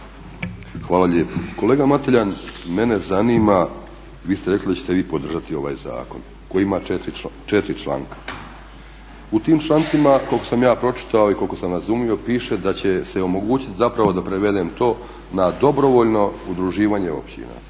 Hvala lijepo. Kolega Mateljan, mene zanima, vi ste rekli da ćete vi podržati ovaj zakon koji ima 4 članka. U tim člancima koliko sam ja pročitao i koliko sam razumio piše da će se omogućiti zapravo da prevedem to na dobrovoljno udruživanje općina.